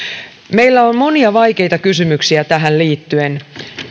meillä on monia vaikeita kysymyksiä tähän liittyen